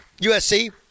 USC